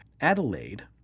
Adelaide